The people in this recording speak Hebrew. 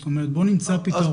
זאת אומרת בואו נמצא פתרון.